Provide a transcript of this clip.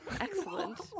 Excellent